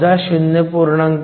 Vo 0